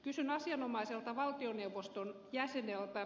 kysyn asianomaiselta valtioneuvoston jäseneltä